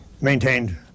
maintained